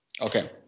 okay